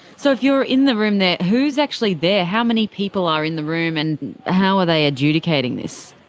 so if you're in the room there, who's actually there? how many people are in the room and how are they adjudicating this?